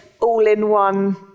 all-in-one